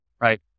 right